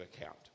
account